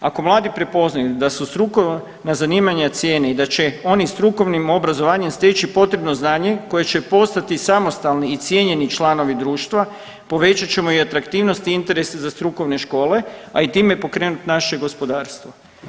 Ako mladi prepoznaju da se strukovna zanimanja cijene i da će oni strukovnim obrazovanjem steći potrebno znanje koje će postati samostalni i cijenjeni članovi društva povećat ćemo i atraktivnost i interese za strukovne škole, a i time pokrenut naše gospodarstvo.